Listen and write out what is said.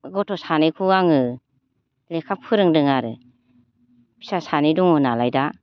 गथ' सानैखौ आङो लेखा फोरोंदों आरो फिसा सानै दङ नालाय दा